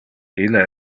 ille